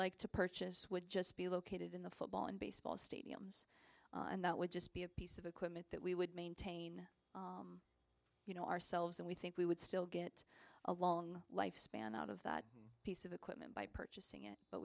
like to purchase would just be located in the football and baseball stadiums and that would just be a piece of equipment that we would maintain you know ourselves and we think we would still get a long lifespan out of that piece of equipment by purchasing it but